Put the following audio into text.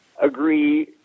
agree